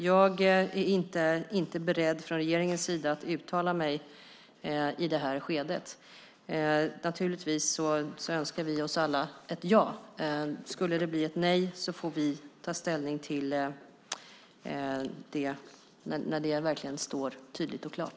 Jag är inte beredd att från regeringens sida uttala mig i det här skedet. Naturligtvis önskar vi oss alla ett ja. Skulle det bli ett nej får vi ta ställning till det när det verkligen står tydligt och klart.